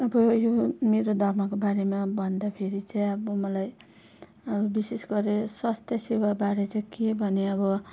अब यो मेरो धर्मको बारेमा भन्दाफेरि चाहिँ अब मलाई विशेष गरेर स्वास्थ्य सेवाबारे चाहिँ के भने अब